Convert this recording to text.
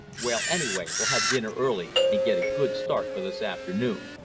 well, anyway, we'll have dinner early and get a good start for this afternoon.